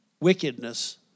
wickedness